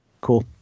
Cool